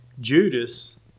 Judas